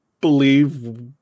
believe